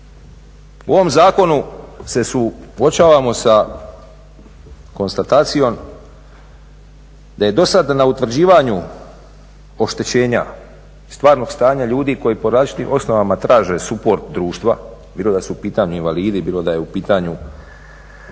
U ovom zakonu se suočavamo sa konstatacijom da je do sada na utvrđivanju oštećenja i stvarnog stanja ljudi koji po različitim osnovama traže suport društva bilo da su u pitanju invalidi, bilo da je u pitanju